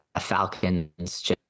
Falcons